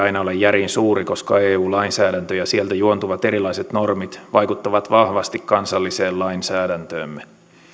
aina ole järin suuri koska eu lainsäädäntö ja sieltä juontuvat erilaiset normit vaikuttavat vahvasti kansalliseen lainsäädäntöömme